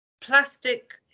plastic